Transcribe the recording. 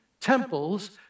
temples